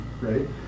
right